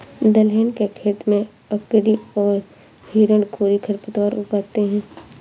दलहन के खेत में अकरी और हिरणखूरी खरपतवार उग आते हैं